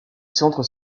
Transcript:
centre